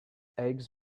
eggs